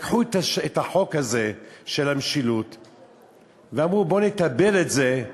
לקחו את החוק הזה של המשילות ואמרו: בואו נתבל את זה,